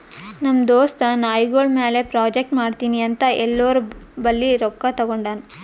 ನಮ್ ದೋಸ್ತ ನಾಯ್ಗೊಳ್ ಮ್ಯಾಲ ಪ್ರಾಜೆಕ್ಟ್ ಮಾಡ್ತೀನಿ ಅಂತ್ ಎಲ್ಲೋರ್ ಬಲ್ಲಿ ರೊಕ್ಕಾ ತಗೊಂಡಾನ್